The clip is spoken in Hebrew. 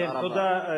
כן, תודה,